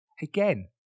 Again